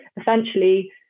Essentially